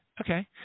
Okay